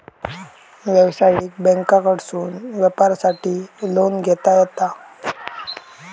व्यवसायिक बँकांकडसून व्यापारासाठी लोन घेता येता